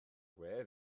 gwe